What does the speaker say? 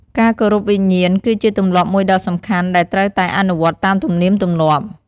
ការគោរពវិញ្ញាណគឺជាទម្លាប់មួយដ៏សំខាន់ ដែលត្រូវតែអនុវត្តន៍តាមទំនៀមទម្លាប់។